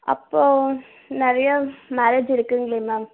அப்போது நிறையா மேரேஜ் இருக்குதுங்களே மேம்